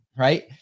right